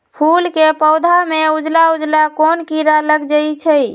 फूल के पौधा में उजला उजला कोन किरा लग जई छइ?